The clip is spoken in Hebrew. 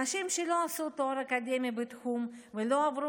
אנשים שלא עשו תואר אקדמי בתחום ולא עברו